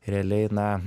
realiai na